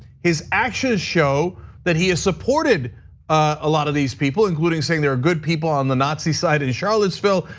his actions show that he has supported a lot of these people, including saying there are good people on the nazi side in charlottesville,